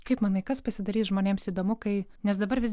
kaip manai kas pasidarys žmonėms įdomu kai nes dabar vis